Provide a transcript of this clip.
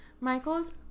Michael's